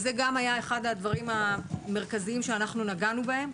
זה גם היה אחד הדברים המרכזיים שאנחנו נגענו בהם.